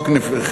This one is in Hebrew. התשי"ד 1954,